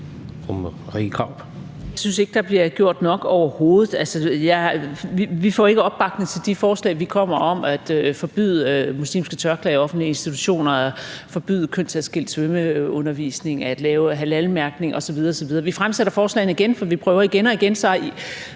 overhovedet ikke, der bliver gjort nok. Vi får ikke opbakning til de forslag, vi kommer med, om at forbyde muslimske tørklæder i offentlige institutioner, at forbyde kønsadskilt svømmeundervisning, at lave halalmærkning osv. osv. Vi fremsætter forslagene igen, for vi prøver igen og igen, så